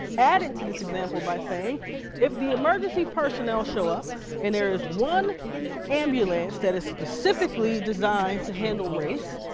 added to this example by saying if the emergency personnel show up and there is one ambulance that is specifically designed to handle race,